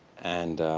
and